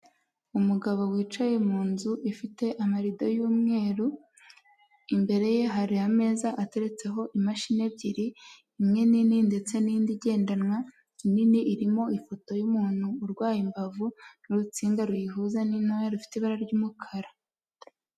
Umugabo wicaye mu nzu ifite amarido y'umweru imbere ye hari ameza ateretseho imashini ebyiri imwe n'ini ndetse n'indi igendanwa, inini irimo ifoto y'umuntu urwaye imbavu n'urutsinga ruyihuza n'intoya rufite ibara ry'umukara.